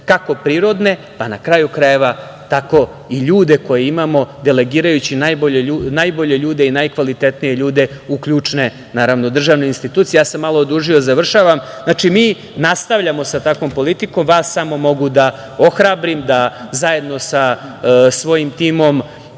kako prirodne, pa na kraju krajeva i ljude koje imamo delegirajući najbolje ljude i najkvalitetnije ljude u ključne državne institucije. Znači, mi nastavljamo sa takvom politikom. Vas samo mogu da ohrabrim, da zajedno sa svojim timom